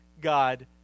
God